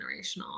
generational